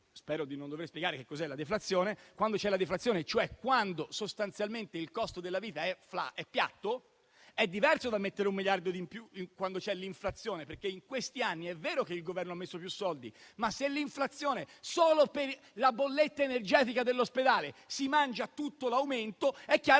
spero di non dover spiegare cosa sia), cioè quando sostanzialmente il costo della vita è piatto, è diverso dal mettere un miliardo in più quando c'è l'inflazione. È vero che in questi anni il Governo ha messo più soldi, ma, se l'inflazione solo per la bolletta energetica dell'ospedale si mangia tutto l'aumento, è chiaro